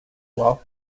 wealth